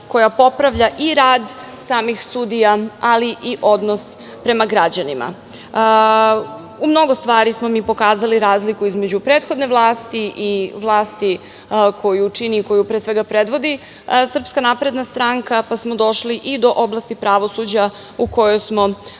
koja popravlja i rad samih sudija, ali i odnos prema građanima.U mnogo stvari smo mi pokazali razliku između prethodne vlasti i vlasti koju čini, koju pre svega predvodi SNS, pa smo došli i do oblasti pravosuđa u kojoj smo takođe